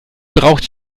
braucht